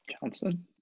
Johnson